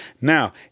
Now